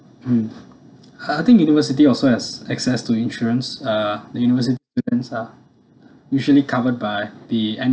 mm I think university also has access to insurance uh the university insurance lah usually covered by the N